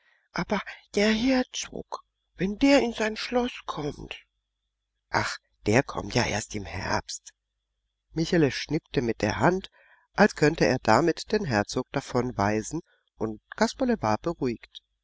aber der herzog wenn der in sein schloß kommt ach der kommt ja erst im herbst michele schnippte mit der hand als könnte er damit den herzog davonweisen und kasperle war beruhigt